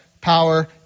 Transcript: power